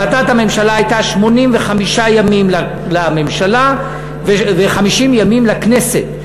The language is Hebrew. החלטת הממשלה הייתה 85 ימים לממשלה ו-50 ימים לכנסת.